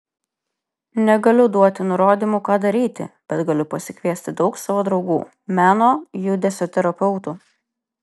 negaliu duoti nurodymų ką daryti bet galiu pasikviesti daug savo draugų meno judesio terapeutų